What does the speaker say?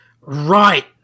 Right